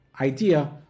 idea